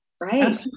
Right